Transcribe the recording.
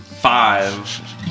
five